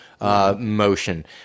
motion